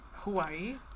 Hawaii